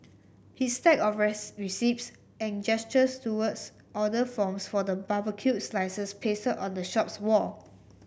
his stack of receipts and gestures towards order forms for the barbecued slices pasted on the shop's wall